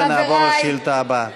ונעבור לשאילתה הבאה.